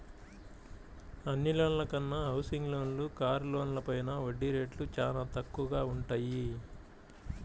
అన్ని లోన్ల కన్నా హౌసింగ్ లోన్లు, కారు లోన్లపైన వడ్డీ రేట్లు చానా తక్కువగా వుంటయ్యి